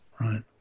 Right